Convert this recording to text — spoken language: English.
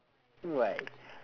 why